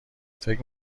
فکر